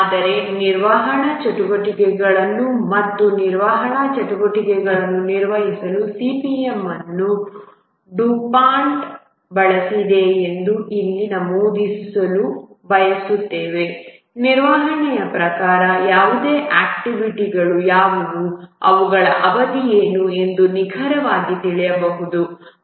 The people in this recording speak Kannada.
ಆದರೆ ನಿರ್ವಹಣಾ ಚಟುವಟಿಕೆಗಳು ಮತ್ತು ನಿರ್ವಹಣಾ ಚಟುವಟಿಕೆಗಳನ್ನು ನಿರ್ವಹಿಸಲು CPM ಅನ್ನು ಡುಪಾಂಟ್ ಬಳಸಿದೆ ಎಂಬುದನ್ನು ಇಲ್ಲಿ ನಮೂದಿಸಲು ಬಯಸುತ್ತೇವೆ ನಿರ್ವಹಣೆಯ ಪ್ರಕಾರ ಯಾವುದು ಆಕ್ಟಿವಿಟಿಗಳು ಯಾವುವು ಅವುಗಳ ಅವಧಿ ಏನು ಎಂದು ನಿಖರವಾಗಿ ತಿಳಿಯಬಹುದು